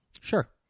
Sure